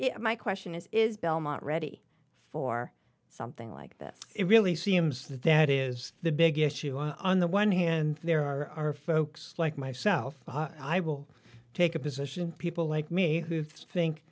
sure my question is is belmont ready for something like this it really seems that that is the big issue on the one hand there are folks like myself i will take a position people like me who think